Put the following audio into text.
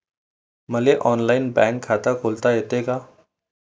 मले online bank खात खोलता येते का?